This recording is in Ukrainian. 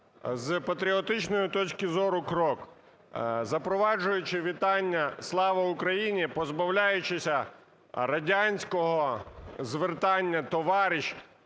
з патріотичної точки зору крок, запроваджуючи вітання "Слава Україні", позбавляючись радянського звертання "товариш".